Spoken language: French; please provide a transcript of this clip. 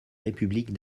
république